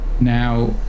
Now